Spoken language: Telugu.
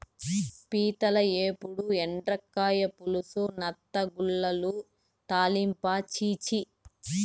పీతల ఏపుడు, ఎండ్రకాయల పులుసు, నత్తగుల్లల తాలింపా ఛీ ఛీ